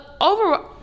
over